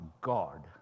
God